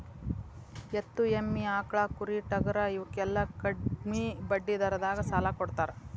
ಎತ್ತು, ಎಮ್ಮಿ, ಆಕ್ಳಾ, ಕುರಿ, ಟಗರಾ ಇವಕ್ಕೆಲ್ಲಾ ಕಡ್ಮಿ ಬಡ್ಡಿ ದರದಾಗ ಸಾಲಾ ಕೊಡತಾರ